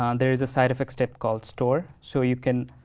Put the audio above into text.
um there is a side-effect step called store. so you can